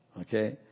Okay